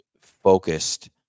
focused